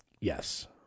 Yes